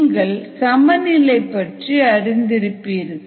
நீங்கள் சமநிலை பற்றி அறிந்திருப்பீர்கள்